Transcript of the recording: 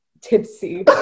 tipsy